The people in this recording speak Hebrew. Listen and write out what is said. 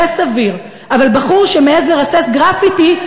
זה סביר, אבל בחור שמעז לרסס גרפיטי,